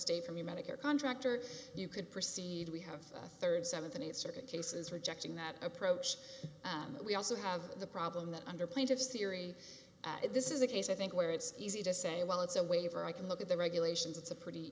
state from your medicare contractor you could proceed we have a third seventy eight circuit cases rejecting that approach but we also have the problem that under plaintiff's theory this is a case i think where it's easy to say well it's a waiver i can look at the regulations it's a pretty